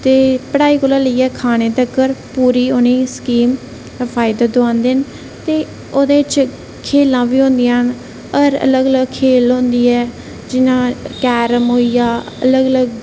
ते पढ़ाई कोला लेइयै खाने तगर पूरी उ'नेंगी स्कीम दा फायदा दोआंदे न ते ओह्दे च खेलां बी होंदियां न होर अलग अलग खेल होंदी ऐ जि'यां कैरम होइया अलग अलग